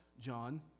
John